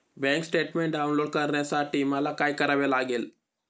Bank statement download करण्यासाठी मला काय करावे लागेल?